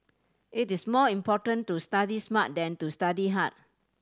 it is more important to study smart than to study hard